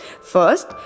First